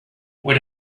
what